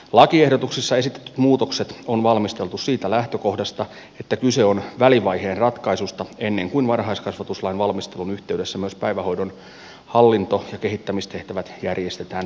lakiehdotuksissa esitetyt muutokset on valmisteltu siitä lähtökohdasta että kyse on välivaiheen ratkaisusta ennen kuin varhaiskasvatuslain valmistelun yhteydessä myös päivähoidon hallinto ja kehittämistehtävät järjestetään pysyvämmin